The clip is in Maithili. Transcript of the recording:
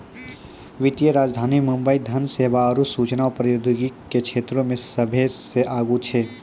वित्तीय राजधानी मुंबई धन सेवा आरु सूचना प्रौद्योगिकी के क्षेत्रमे सभ्भे से आगू छै